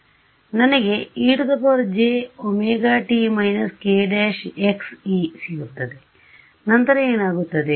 ಆದ್ದರಿಂದ ನನಗೆ ejωt−k′xe ಸಿಗುತ್ತದೆ ಮತ್ತು ನಂತರ ಏನಾಗುತ್ತದೆ